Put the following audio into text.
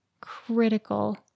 critical